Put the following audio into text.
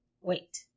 wait